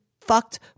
fucked